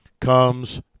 comes